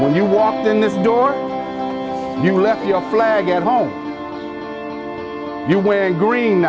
when you walked in this door you left your flag at home you're wearing gr